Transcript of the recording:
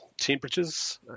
temperatures